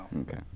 Okay